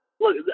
Look